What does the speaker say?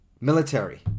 military